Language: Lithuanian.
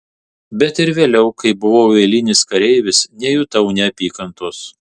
bet ir vėliau kai buvau eilinis kareivis nejutau neapykantos